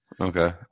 Okay